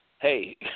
hey